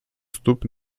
stóp